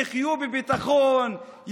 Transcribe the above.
יחיו בביטחון,